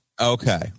Okay